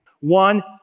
One